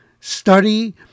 study